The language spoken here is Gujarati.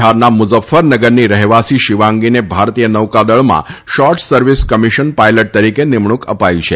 બિહારના મુજફરનગરની રહેવાસી શિવાંગીને ભારતીય નૌકાદળમાં શોર્ટ સર્વિસ કમિશન પાયલટ તરીકે નિમણુંક અપાઇ છે